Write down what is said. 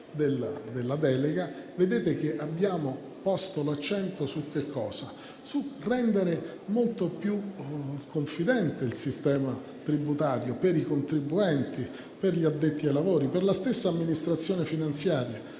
della delega, vedrete che abbiamo posto l'accento sul rendere molto più confidente il sistema tributario per i contribuenti, per gli addetti ai lavori e per la stessa amministrazione finanziaria.